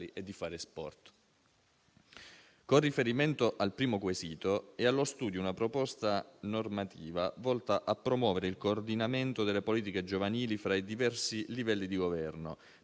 e di fare sport. Con riferimento al primo quesito, è allo studio una proposta normativa volta a promuovere il coordinamento delle politiche giovanili fra i diversi livelli di governo,